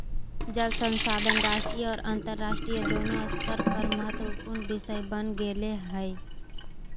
जल संसाधन राष्ट्रीय और अन्तरराष्ट्रीय दोनों स्तर पर महत्वपूर्ण विषय बन गेले हइ